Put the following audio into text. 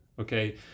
Okay